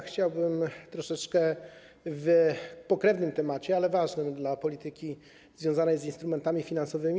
Chciałbym troszeczkę w pokrętnym temacie, ale ważnym dla polityki związanej z instrumentami finansowymi.